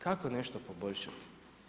Kako nešto poboljšati.